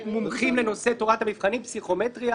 מי שעבר את הבחינה בהצלחה.